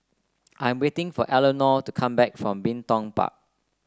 I'm waiting for Elenore to come back from Bin Tong Park